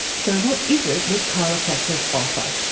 so what is it that chiropractors offer?